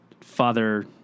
Father